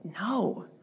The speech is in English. No